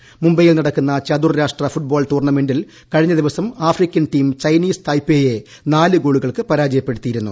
മുട്ബ്ബെയിൽ നടക്കുന്ന ചതുർരാഷ്ട്ര ഫുട്ബോൾ ടൂർണ്ണമെന്റിൽ കൃഷ്ണിത്ത ദിവസം ആഫ്രിക്കൻ ടീം ചൈനീസ് തായ്പേയെ നാല് ഗോളുകൾക്ക് പരാജയപ്പെടുത്തിയിരുന്നു